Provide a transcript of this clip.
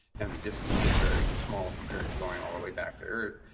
and the distance was very small compared to going all the way back to earth.